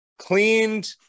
cleaned